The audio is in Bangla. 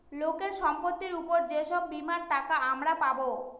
লোকের সম্পত্তির উপর যে সব বীমার টাকা আমরা পাবো